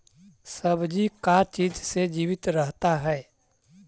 सब्जी का चीज से जीवित रहता है?